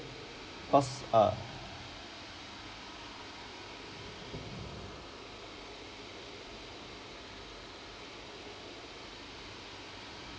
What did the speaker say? because err